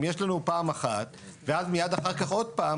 אם יש לנו פעם אחת ואז מיד אחר כך עוד פעם,